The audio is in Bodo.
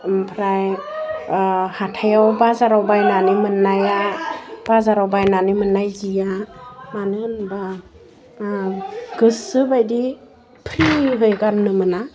ओमफ्राय हाथाइआव बाजाराव बायनानै मोन्नाया बाजाराव बायनानै मोन्नाय जिया मानो होनबा गोसो बायदि फ्रिबो गान्नो मोना